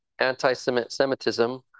anti-Semitism